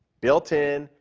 built in,